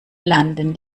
landen